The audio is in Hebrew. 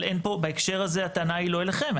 בהקשר הזה הטענה היא לא אליכם.